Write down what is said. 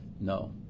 No